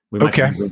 Okay